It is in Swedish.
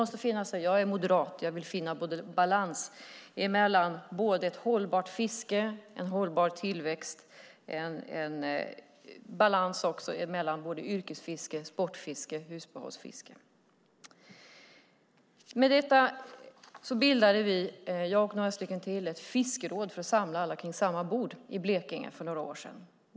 Jag är moderat; jag vill finna balans mellan ett hållbart fiske och en hållbar tillväxt, samt även balans mellan yrkesfiske, sportfiske och husbehovsfiske. Mot bakgrund av detta bildade jag och några till ett fiskeråd i Blekinge för några år sedan, för att samla alla kring samma bord.